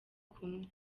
kumwe